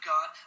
God